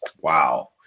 Wow